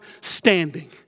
standing